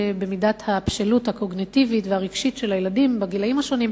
במידת הבשלות הקוגניטיבית והרגשית של הילדים בגילים השונים.